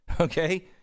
Okay